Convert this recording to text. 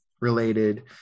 related